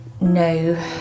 no